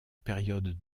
période